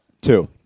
Two